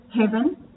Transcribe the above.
heaven